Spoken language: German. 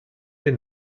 den